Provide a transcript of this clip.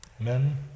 Amen